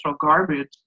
garbage